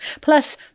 Plus